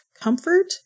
comfort